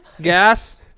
Gas